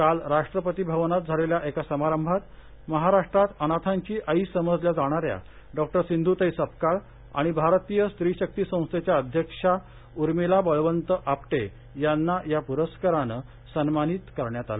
काल राष्ट्रपती भवनात झालेल्या एका समारंभातमहाराष्ट्रात अनाथांची आई समजल्या जाणाऱ्या डॉ सिध्ताई सपकाळ आणि भारतीय स्त्री शक्ती संस्थेच्या अध्यक्षाउर्मिला बळवंत आपटे यांना या पुरस्कारानं सन्मानित करण्यात आलं